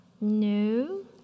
No